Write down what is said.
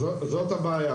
זו הבעיה.